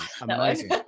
amazing